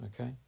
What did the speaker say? Okay